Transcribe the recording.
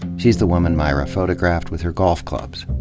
she's the woman myra photographed with her golf clubs.